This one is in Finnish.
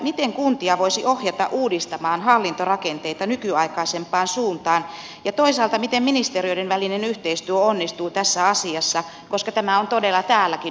miten kuntia voisi ohjata uudistamaan hallintorakenteita nykyaikaisempaan suuntaan ja toisaalta miten ministeriöiden välinen yhteistyö onnistuu tässä asiassa koska tämä on todella täälläkin yhteinen asia